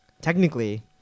technically